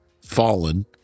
fallen